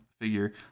figure